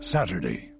Saturday